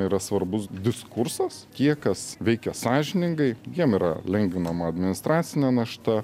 yra svarbus diskursas tie kas veikia sąžiningai jiems yra lengvinama administracinė našta